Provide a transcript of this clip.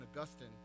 Augustine